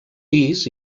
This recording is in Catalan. pis